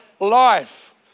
life